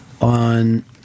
on